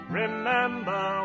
remember